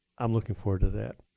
i'm looking forward to that.